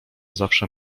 zawsze